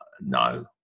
no